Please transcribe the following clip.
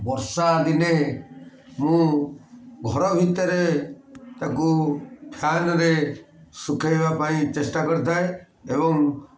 ବର୍ଷା ଦିନେ ମୁଁ ଘର ଭିତରେ ତାକୁ ଫ୍ୟାନରେ ସୁଖେଇବା ପାଇଁ ଚେଷ୍ଟା କରିଥାଏ ଏବଂ